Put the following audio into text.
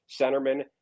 centerman